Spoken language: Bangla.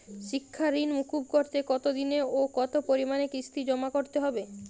শিক্ষার ঋণ মুকুব করতে কতোদিনে ও কতো পরিমাণে কিস্তি জমা করতে হবে?